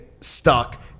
stuck